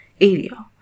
area